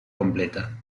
completa